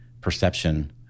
perception